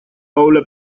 doble